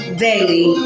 daily